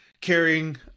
carrying